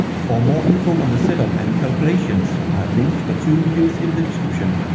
for more info on the setup and calculations i have links for two videos in the description.